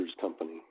company